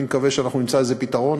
אני מקווה שאנחנו נמצא לזה פתרון.